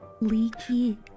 Leaky